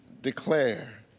declare